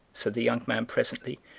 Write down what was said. said the young man presently,